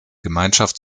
gemeinschaft